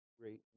great